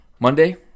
Monday